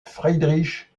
friedrich